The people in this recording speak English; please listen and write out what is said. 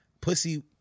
pussy